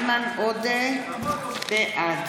בעד